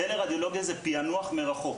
טלרדיולוגיה זה פענוח מרחוק.